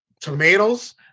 tomatoes